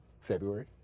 February